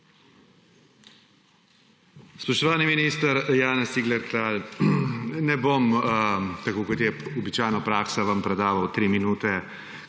Spoštovani minister Janez Cigler Kralj! Ne bom vam, tako kot je običajna praksa, predaval tri minute,